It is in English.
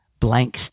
blank